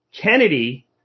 Kennedy